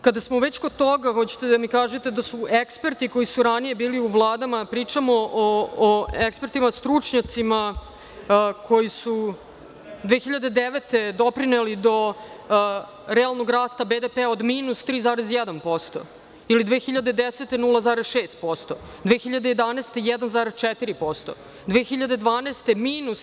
Kada smo već kod toga, hoćete da mi kažete da su eksperti koji su ranije bili u vladama, pričamo o ekspertima stručnjacima koji su 2009. godine doveli do realnog rasta BDP-a od -3,1% ili 2010. godine od 0,6%, 2011. godine 1,4%, 2012. godine -1%